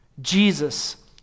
Jesus